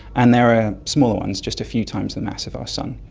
and there are smaller ones just a few times the mass of our sun.